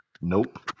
Nope